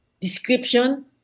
description